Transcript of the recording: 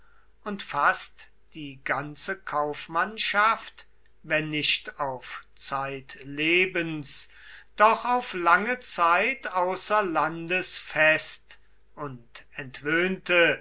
und fast die ganze kaufmannschaft wenn nicht auf zeitlebens doch auf lange zeit außer landes fest und entwöhnte